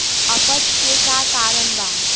अपच के का कारण बा?